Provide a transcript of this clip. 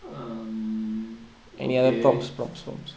um okay